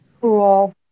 cool